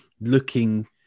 looking